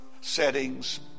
settings